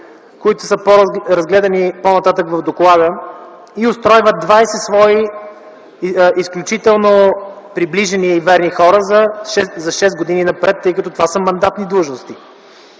разгледани по-нататък в доклада и устройват 20 свои изключително приближени и верни хора за шест години напред, тъй като това са мандатни длъжности.